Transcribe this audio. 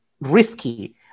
risky